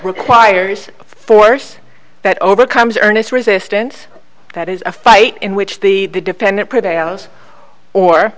requires force that overcomes earnest resistance that is a fight in which the defendant